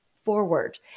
forward